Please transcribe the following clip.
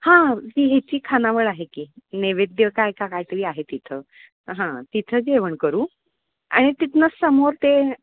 हां ती हिची खानावळ आहे की नैवेद्य काय का काहीतरी आहे तिथं हां तिथं जेवण करू आणि तिथनंच समोर ते